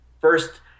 first